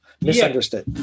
misunderstood